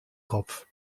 kopf